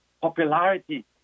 popularity